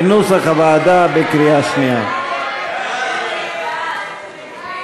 כנוסח הוועדה, בקריאה שנייה.